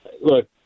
look